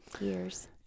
years